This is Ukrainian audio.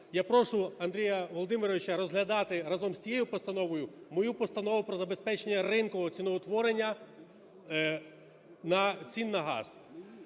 Я прошу Андрія Володимировича розглядати разом з тією постановою мою Постанову про забезпечення ринкового ціноутворення цін на газ.